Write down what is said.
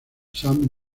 san